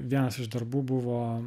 vienas iš darbų buvo